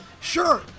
Sure